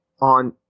on